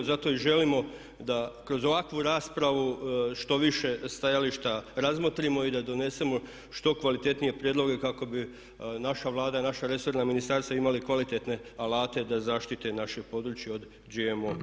Zato i želimo da kroz ovakvu raspravu što više stajališta razmotrimo i da donesemo što kvalitetnije prijedloge kako bi naša Vlada i naša resorna ministarstva imali kvalitetne alate da zaštite naše područje od GMO-a.